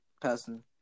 person